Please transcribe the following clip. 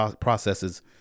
processes